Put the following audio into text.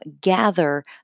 gather